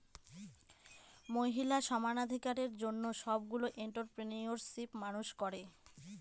মহিলা সমানাধিকারের জন্য সবগুলো এন্ট্ররপ্রেনিউরশিপ মানুষ করে